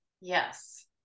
Yes